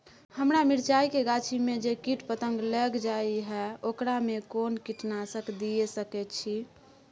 हमरा मिर्चाय के गाछी में जे कीट पतंग लैग जाय है ओकरा में कोन कीटनासक दिय सकै छी?